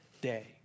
day